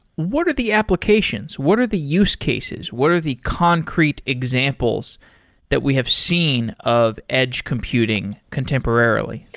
what are the applications? what are the use cases? what are the concrete examples that we have seen of edge computing contemporarily?